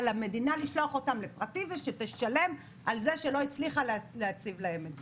על המדינה לשלוח אותם לפרטי ושתשלם על זה שלא הצליחה להציב להם את זה.